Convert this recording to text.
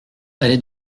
allée